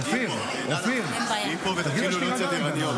אופיר, תגיד לה שתירגע.